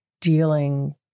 dealing